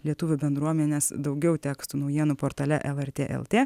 lietuvių bendruomenes daugiau tekstų naujienų portale lrt lt